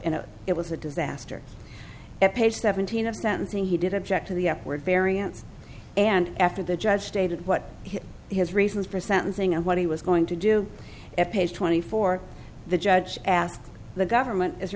and it was a disaster at page seventeen of sentencing he did object to the upward variance and after the judge stated what his reasons for sentencing and what he was going to do at page twenty four the judge asked the government is there